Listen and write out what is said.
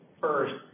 First